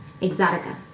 Exotica